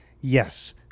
Yes